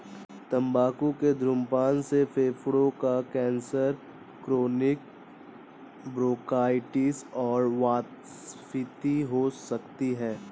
तंबाकू के धूम्रपान से फेफड़ों का कैंसर, क्रोनिक ब्रोंकाइटिस और वातस्फीति हो सकती है